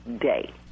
day